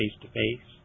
face-to-face